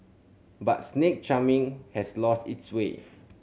but snake charming has lost its sway